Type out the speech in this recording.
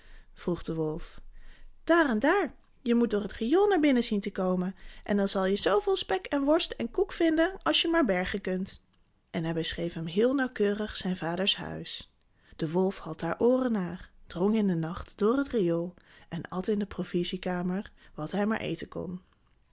vroeg de wolf daar en daar je moet door het riool naar binnen zien te komen en dan zal je zooveel spek en worst en koek vinden als je maar bergen kunt en hij beschreef hem heel nauwkeurig zijn vader's huis de wolf had daar ooren naar drong in den nacht door het riool en at in de provisiekamer wat hij maar eten kon